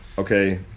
Okay